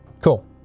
Cool